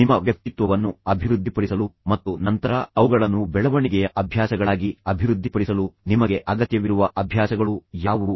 ನಿಮ್ಮ ವ್ಯಕ್ತಿತ್ವವನ್ನು ಅಭಿವೃದ್ಧಿಪಡಿಸಲು ಮತ್ತು ನಂತರ ಅವುಗಳನ್ನು ಬೆಳವಣಿಗೆಯ ಅಭ್ಯಾಸಗಳಾಗಿ ಅಭಿವೃದ್ಧಿಪಡಿಸಲು ನಿಮಗೆ ಅಗತ್ಯವಿರುವ ಅಭ್ಯಾಸಗಳು ಯಾವುವು